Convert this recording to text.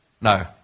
No